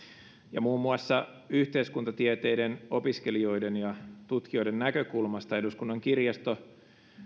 ja muun muassa yhteiskuntatieteiden opiskelijoiden ja tutkijoiden näkökulmasta eduskunnan kirjasto